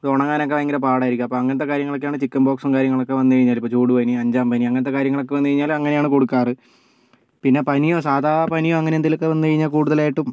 അതൊണങ്ങാനൊക്കെ ഭയങ്കര പാടായിരിക്കും അപ്പോൾ അങ്ങനത്തെ കാര്യങ്ങളൊക്കെയാണ് ചിക്കൻബോക്സും കാര്യങ്ങളൊക്കെ വന്നു കഴിഞ്ഞാല് ഇപ്പം ചൂടും എനി അഞ്ചാം പനി അങ്ങനത്തെ കാര്യങ്ങളൊക്കെ വന്നു കഴിഞ്ഞാല് അങ്ങനെയാണ് കൊടുക്കാറ് പിന്ന പനിയോ സാധാ പനിയോ അങ്ങനെ എന്തേലുമൊക്കെ വന്നു കഴിഞ്ഞാല് കൂടുതലായിട്ടും